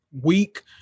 week